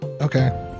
Okay